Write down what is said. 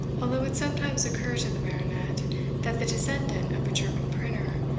while it would sometimes occur to the baronet that the descendant of a german printer,